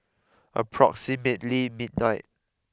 approximately midnight